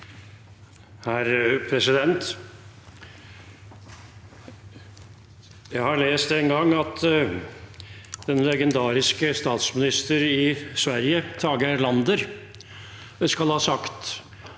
(FrP) Jeg har lest en gang at den legendariske statsminister i Sverige, Tage Erlander, skal ha sagt,